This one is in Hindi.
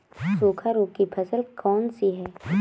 सूखा रोग की फसल कौन सी है?